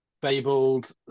fabled